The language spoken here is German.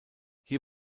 hier